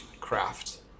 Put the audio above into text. craft